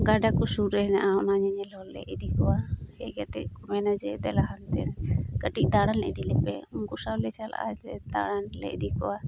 ᱜᱟᱰᱟᱠᱚ ᱥᱩᱨ ᱨᱮ ᱦᱮᱱᱟᱜᱼᱟ ᱚᱱᱟ ᱧᱮᱞᱦᱚᱸ ᱞᱮ ᱤᱫᱤ ᱠᱚᱣᱟ ᱦᱮᱡ ᱠᱟᱛᱮᱠᱚ ᱢᱮᱱᱟ ᱡᱮ ᱫᱮᱞᱟ ᱦᱟᱱᱛᱮ ᱠᱟᱹᱴᱤᱡ ᱫᱟᱬᱟᱱ ᱤᱫᱤᱞᱮ ᱯᱮ ᱩᱱᱠᱩ ᱥᱟᱶᱞᱮ ᱪᱟᱞᱟᱜᱼᱟ ᱫᱟᱬᱟᱞᱮ ᱤᱫᱤ ᱠᱚᱣᱟ